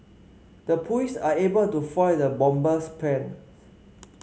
the police are able to foil the bomber's plans